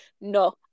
no